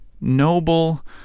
noble